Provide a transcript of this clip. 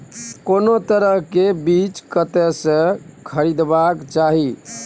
कोनो तरह के बीज कतय स खरीदबाक चाही?